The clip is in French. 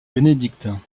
bénédictins